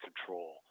control